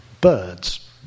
birds